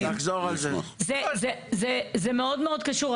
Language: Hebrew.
זה מאוד מאוד קשור,